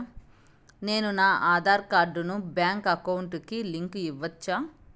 నేను నా ఆధార్ కార్డును బ్యాంకు అకౌంట్ కి లింకు ఇవ్వొచ్చా?